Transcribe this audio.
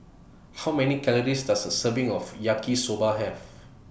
How Many Calories Does A Serving of Yaki Soba Have